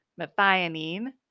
methionine